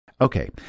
Okay